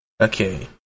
Okay